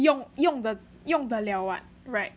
用用的用的了 [what] right